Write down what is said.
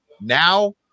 now